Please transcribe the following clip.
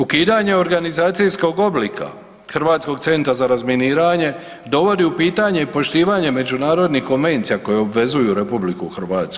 Ukidanje organizacijskog oblika Hrvatskog centra za razminiranje dovodi u pitanje poštivanje međunarodnih konvencija koje obvezuju RH.